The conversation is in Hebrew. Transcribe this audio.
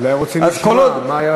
אולי רוצים לשמוע על מה היה,